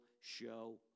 show